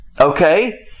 Okay